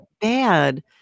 bad